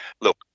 look